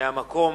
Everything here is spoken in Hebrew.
מהמקום,